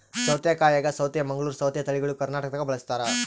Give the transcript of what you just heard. ಸೌತೆಕಾಯಾಗ ಸೌತೆ ಮಂಗಳೂರ್ ಸೌತೆ ತಳಿಗಳು ಕರ್ನಾಟಕದಾಗ ಬಳಸ್ತಾರ